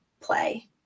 play